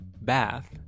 bath